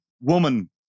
woman